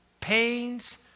pains